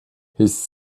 his